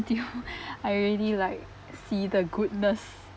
with you I already like see the goodness